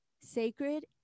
sacred